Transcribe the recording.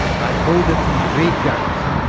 i hold it to be great guns.